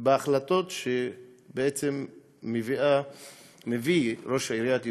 בהחלטות שמביא ראש עיריית ירושלים.